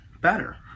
better